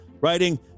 Writing